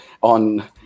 on